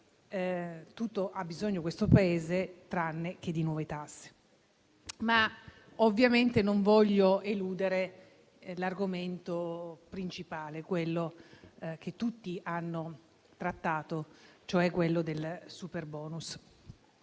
tutto ha bisogno questo Paese tranne che di nuove tasse. Ovviamente non voglio eludere l'argomento principale, quello che tutti hanno trattato, ossia il superbonus,